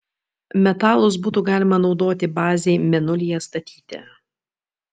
metalus būtų galima naudoti bazei mėnulyje statyti